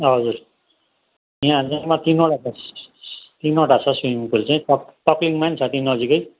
हजुर या जम्मा तिनवटा छ तिनवटा छ स्विमिङ पुल चाहिँ त तपिङमा पनि छ त्यहीँ नजिकै